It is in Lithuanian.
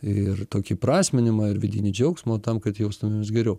ir tokį įprasminimą ir vidinį džiaugsmo o tam kad jaustumėmės geriau